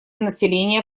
населения